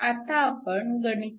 आता आपण गणित क्र